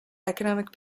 economic